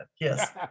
Yes